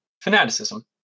fanaticism